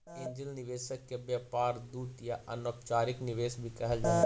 angel निवेशक के व्यापार दूत या अनौपचारिक निवेशक भी कहल जा हई